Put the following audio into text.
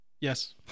Yes